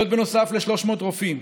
נוסף ל-300 רופאים.